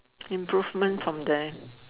improvement from there